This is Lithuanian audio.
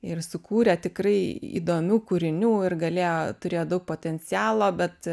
ir sukūrė tikrai įdomių kūrinių ir galėjo turėjo daug potencialo bet